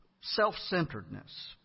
self-centeredness